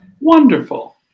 Wonderful